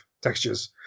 textures